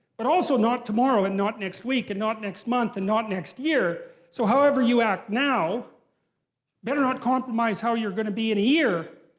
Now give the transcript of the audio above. but also not tomorrow and not next week and not next month and not next year. so however you act now better not compromise how you're going to be in a year.